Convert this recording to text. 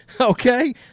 Okay